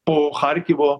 po charkivo